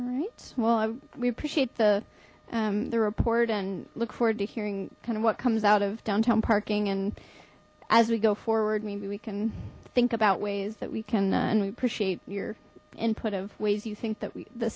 all right well we appreciate the the report and look forward to hearing kind of what comes out of downtown parking and as we go forward maybe we can think about ways that we can and we appreciate your input of ways you think that the